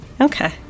Okay